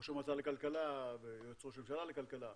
ראש המועצה לכלכלה ויועץ ראש הממשלה לכלכלה,